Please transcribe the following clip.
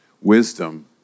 wisdom